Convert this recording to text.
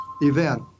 event